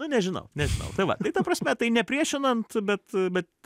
nu nežinau nežinau tai va tai ta prasme tai nepriešinant bet bet